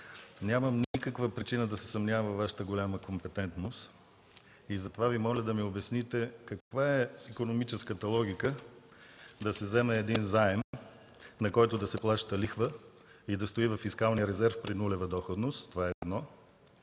Нямам никаква причина да се съмнявам във Вашата голяма компетентност. Затова Ви моля да ми обясните каква е икономическата логика да се вземе един заем, на който да се плаща лихва и да стои във фискалния резерв при нулева доходност – това едно.